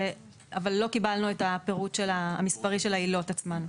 לא קיבלנו את הפירוט המספרי של העילות עצמן.